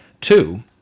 Two